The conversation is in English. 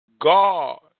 God